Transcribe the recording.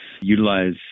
utilize